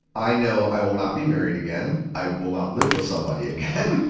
i know i will not be married again. i will not live with somebody again.